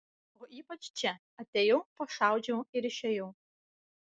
o ypač čia atėjau pašaudžiau ir išėjau